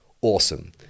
awesome